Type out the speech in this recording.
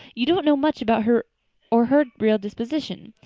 you don't know much about her or her real disposition,